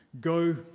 Go